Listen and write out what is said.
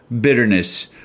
bitterness